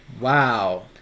Wow